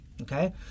Okay